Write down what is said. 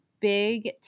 big